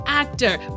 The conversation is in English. Actor